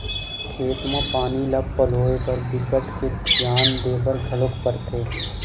खेत म पानी ल पलोए बर बिकट के धियान देबर घलोक परथे